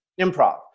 improv